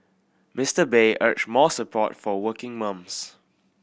Mister Bay urged more support for working mums